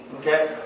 okay